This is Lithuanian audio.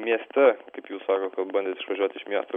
mieste kaip jūs sakot kol bandėt išvažiuot iš miesto